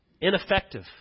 ineffective